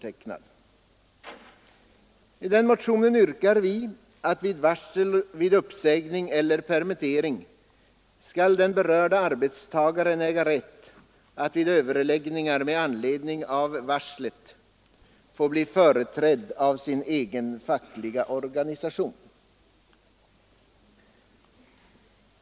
I denna motion yrkar vi att vid varsel om uppsägning eller permittering skall den berörde arbetstagaren äga rätt att vid överläggningar med anledning av varslet bli företrädd av sin egen fackliga organisation.